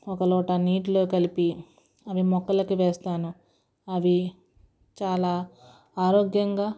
ఒక లోటా నీటిలో కలిపి అవి మొక్కలకి వేస్తాను అవి చాలా ఆరోగ్యంగా